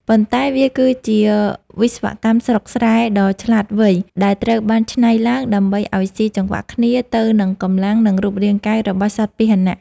ប៉ុន្តែវាគឺជាវិស្វកម្មស្រុកស្រែដ៏ឆ្លាតវៃដែលត្រូវបានច្នៃឡើងដើម្បីឱ្យស៊ីចង្វាក់គ្នាទៅនឹងកម្លាំង និងរូបរាងកាយរបស់សត្វពាហនៈ។